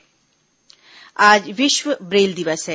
विश्व ब्रेल दिवस आज विश्व ब्रेल दिवस है